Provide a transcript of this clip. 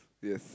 yes